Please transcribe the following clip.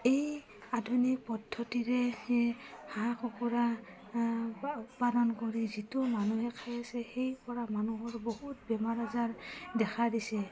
এই আধুনিক পদ্ধতিৰে হাঁহ কুকুৰা উৎপাদন কৰি যিটো মানুহে খাই আছে ইয়াৰপৰা মানুহৰ বহুত বেমাৰ আজাৰ দেখা দিছে